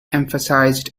emphasized